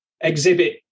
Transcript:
exhibit